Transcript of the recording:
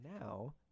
now